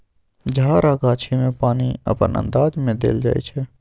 झार आ गाछी मे पानि अपन अंदाज सँ देल जाइ छै